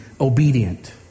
obedient